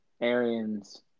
Arians